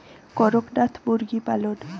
করকনাথ মুরগি পালন?